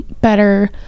better